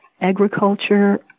agriculture